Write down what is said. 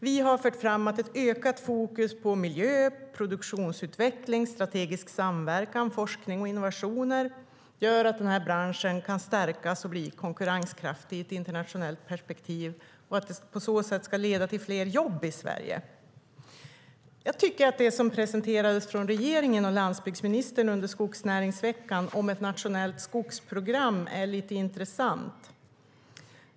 Vi har fört fram att ett ökat fokus på miljö, produktionsutveckling, strategisk samverkan, forskning och innovationer gör att den här branschen kan stärkas och bli konkurrenskraftig i ett internationellt perspektiv och att det leder till fler jobb i Sverige. Jag tycker att det som regeringen och landsbygdsministern presenterade under skogsnäringsveckan om ett nationellt skogsprogram är lite intressant.